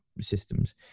systems